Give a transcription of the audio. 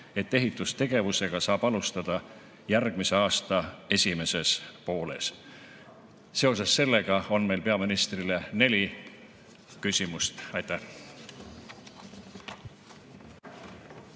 et ehitustegevusega saab alustada järgmise aasta esimeses pooles. Seoses sellega on meil peaministrile neli küsimust. Aitäh!